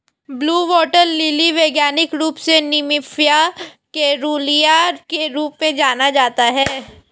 blue water lily वैज्ञानिक रूप से निम्फिया केरूलिया के रूप में जाना जाता है